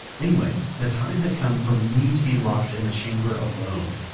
anyway, the time had come for me to be locked in the chamber alone.